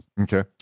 Okay